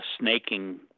snaking